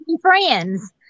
friends